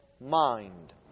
mind